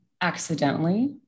accidentally